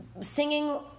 singing